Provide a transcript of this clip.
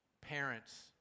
parents